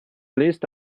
list